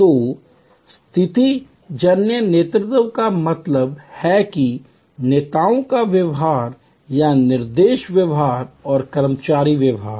तो स्थितिजन्य नेतृत्व का मतलब है कि नेताओं का व्यवहार या निर्देश व्यवहार और कर्मचारी व्यवहार